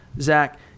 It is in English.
Zach